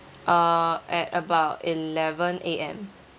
uh at about eleven A_M